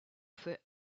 fait